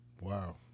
Wow